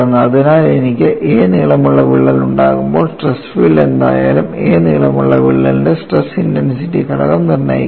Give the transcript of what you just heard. അതിനാൽ എനിക്ക് a നീളമുള്ള വിള്ളൽ ഉണ്ടാകുമ്പോൾ സ്ട്രെസ് ഫീൽഡ് എന്തായാലും a നീളമുള്ള വിള്ളലിൻറെ സ്ട്രെസ് ഇന്റെൻസിറ്റി ഘടകം നിർണ്ണയിക്കും